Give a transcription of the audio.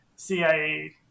CIA